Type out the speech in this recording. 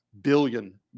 billion